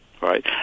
right